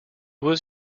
was